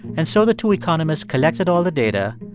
and so the two economists collected all the data,